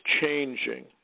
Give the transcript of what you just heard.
changing